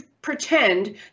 pretend